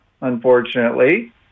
unfortunately